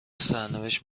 سرنوشت